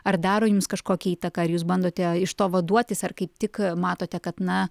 ar daro jums kažkokią įtaką ar jūs bandote iš to vaduotis ar kaip tik matote kad na